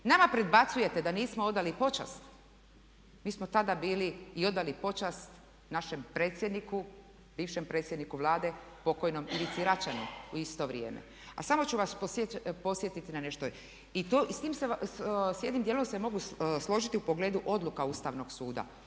Nama predbacujete da nismo odali počast, mi smo tada bili i odali počast našem predsjedniku, bivšem predsjedniku Vlade, pokojnom Ivici Račanu u isto vrijeme. A samo ću vas podsjetiti na nešto i s time se, s jednim dijelom se mogu složiti u pogledu odluka Ustavnog suda,